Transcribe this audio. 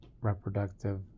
reproductive